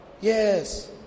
Yes